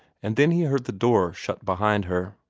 and then he heard the door shut behind her.